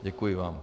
Děkuji vám.